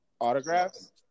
autographs